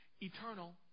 Eternal